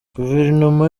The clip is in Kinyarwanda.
guverinoma